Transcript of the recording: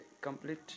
complete